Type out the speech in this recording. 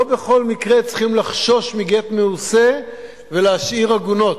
לא בכל מקרה צריכים לחשוש מגט מעושה ולהשאיר עגונות.